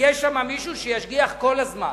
יהיה שם מישהו שישגיח כל הזמן,